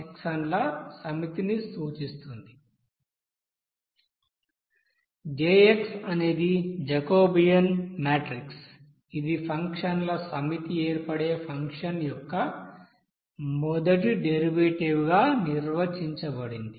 xn ల సమితిని సూచిస్తుంది J అనేది జాకోబియన్ మాట్రిక్ ఇది ఫంక్షన్ల సమితి ఏర్పడే ఫంక్షన్ యొక్క మొదటి డెరివేటివ్ గా నిర్వచించబడింది